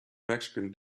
mexican